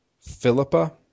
Philippa